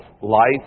life